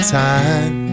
time